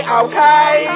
okay